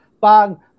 bang